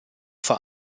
vor